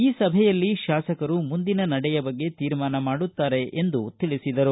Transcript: ಈ ಸಭೆಯಲ್ಲಿ ಶಾಸಕರು ಮುಂದಿನ ನಡೆ ಬಗ್ಗೆ ತೀರ್ಮಾನ ಮಾಡುತ್ತಾರೆ ಎಂದು ಹೇಳಿದರು